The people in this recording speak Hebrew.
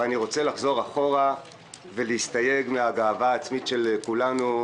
אבל אני רוצה לחזור אחורה ולהסתייג מהגאווה העצמית של כולנו.